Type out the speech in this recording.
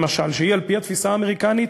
למשל, שהיא, על-פי התפיסה האמריקנית,